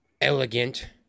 elegant